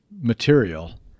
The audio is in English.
material